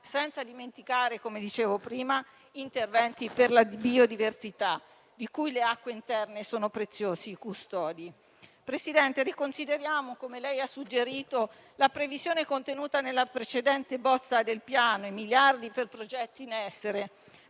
senza dimenticare, come dicevo prima, interventi per la biodiversità, di cui le acque interne sono preziose custodi. Signor Presidente, come ha suggerito, riconsideriamo la previsione contenuta nella precedente bozza del Piano, i miliardi per progetti in essere,